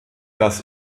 das